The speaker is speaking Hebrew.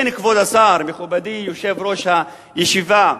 כן, כבוד השר, מכובדי, יושב-ראש הישיבה.